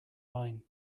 line